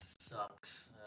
sucks